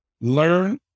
learn